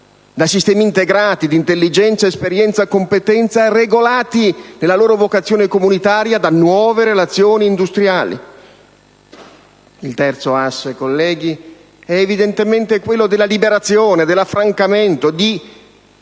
da sistemi integrati di intelligenza, esperienza e competenza regolati nella loro vocazione comunitaria da nuove relazioni industriali. Il terzo asse, colleghi, è evidentemente quello della liberazione, dell'affrancamento di